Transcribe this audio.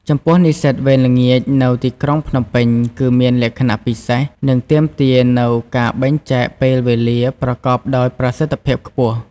ចំពោះនិស្សិតវេនល្ងាចនៅទីក្រុងភ្នំពេញ គឺមានលក្ខណៈពិសេស និងទាមទារនូវការបែងចែកពេលវេលាប្រកបដោយប្រសិទ្ធភាពខ្ពស់។